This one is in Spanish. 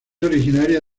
originaria